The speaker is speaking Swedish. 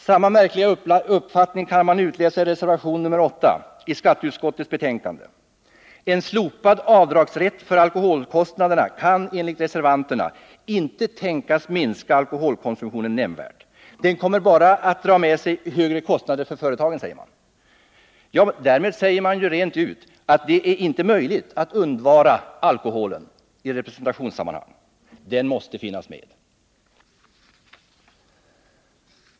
Samma märkliga uppfattning kan man utläsa i reservation nr 8 vid skatteutskottets betänkande. Ett slopande av avdragsrätten för alkoholkostnader kan enligt reservanterna inte tänkas minska alkoholkonsumtionen nämnvärt — det kommer bara att innebära högre kostnader för företagen. Därmed säger man rent ut att det inte är möjligt att undvara alkoholen i representationssammanhang. Den måste finnas med.